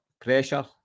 pressure